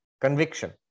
conviction